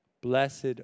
Blessed